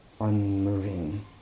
unmoving